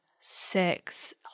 six